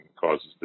causes